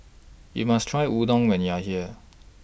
YOU must Try Udon when YOU Are here